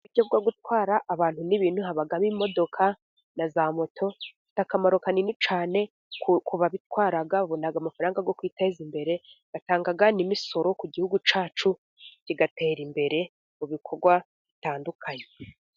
Uburyo bwo gutwara abantu n'ibintu, habamo imodoka na za moto bifite akamaro kanini cyane kubabitwara, babonana amafaranga yo kwiteza imbere, batanga n'imisoro ku gihugu cyacu kigatera imbere, mu bikorwa bitandukanye.